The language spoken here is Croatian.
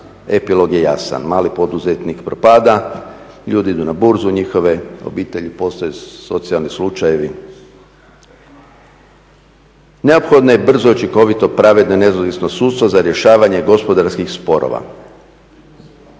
epilog je jasan. Mali poduzetnik propada, ljudi idu na burzu, njihove obitelji postaju socijalni slučajevi. Neophodno je brzo, učinkovito, pravedno, nezavisno sudstvo za rješavanje gospodarskih sporova.